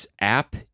app